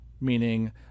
meaning